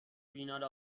فینال